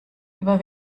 über